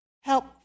help